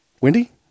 Wendy